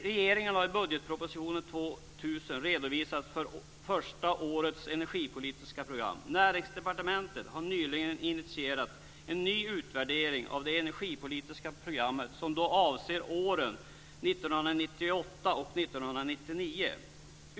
Regeringen har i budgetpropositionen 2000 redovisat för första årets energipolitiska program. Näringsdepartementet har nyligen initierat en ny utvärdering av det energipolitiska programmet som då avser åren 1998 och 1999.